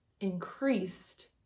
increased